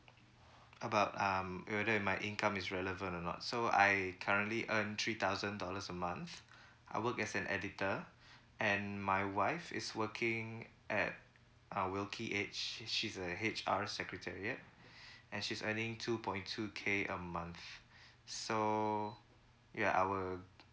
about um whether my income is relevant or not so I currently earn three thousand dollars a month I work as an editor and my wife is working at uh wilkie edge she's a H_R secretariat and she's earning two point two K a month so ya our